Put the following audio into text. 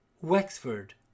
Wexford